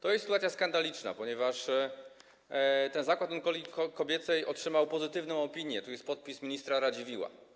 To jest sytuacja skandaliczna, ponieważ ten Zakład Onkologii Kobiecej otrzymał pozytywną opinię - tu jest podpis ministra Radziwiłła.